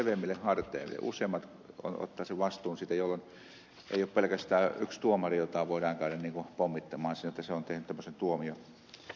useammat ottavat sen vastuun jolloin ei ole pelkästään yksi tuomari jota voidaan käydä pommittamaan että on tehnyt tämmöisen tuomion